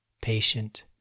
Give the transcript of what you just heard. patient